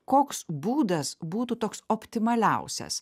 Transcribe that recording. koks būdas būtų toks optimaliausias